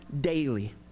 daily